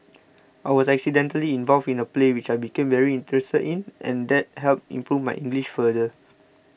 I was accidentally involved in a play which I became very interested in and that helped improve my English further